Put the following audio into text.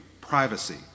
privacy